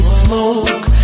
smoke